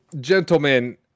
gentlemen